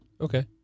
Okay